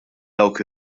dawk